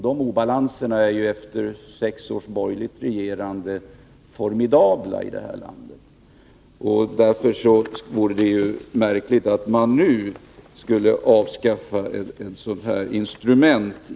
De obalanserna är efter sex års borgerligt regerande formidabla i det här landet. Därför vore det märkligt att i ett sådant läge avskaffa detta instrument.